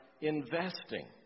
investing